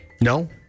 No